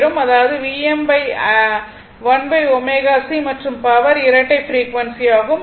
அதாவது Vm1ω C மற்றும் power இரட்டை ஃப்ரீக்வன்சி ஆகும்